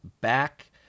back